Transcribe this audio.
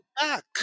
back